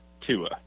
Tua